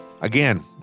Again